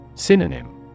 Synonym